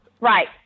Right